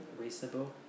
reasonable